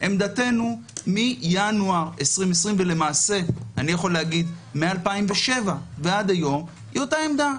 עמדתנו מינואר 2020 ולמעשה מ-2007 היא אותה עמדה,